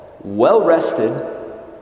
well-rested